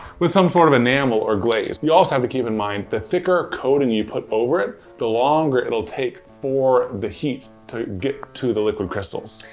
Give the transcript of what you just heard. with some sort of enamel or glaze. you also have to keep in mind, the thicker coating you put over it, the longer it will take for the heat to get to the liquid crystals.